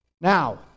Now